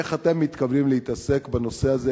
איך אתם מתכוונים להתעסק בנושא הזה,